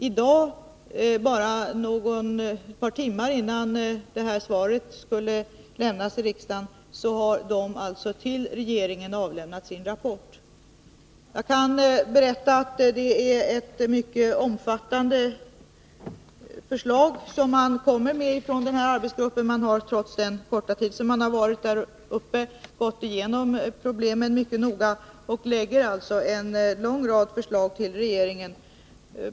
Så sent som ett par timmar innan detta svar lämnades här i riksdagen i dag har arbetsgruppen lämnat sin rapport till regeringen. Jag kan berätta att rapporten innehåller mycket omfattande förslag. Trots den korta tid arbetsgruppen har varit i Norrbotten har den gått igenom problemen mycket noga, och man lägger fram en lång rad förslag till regeringen. Bl.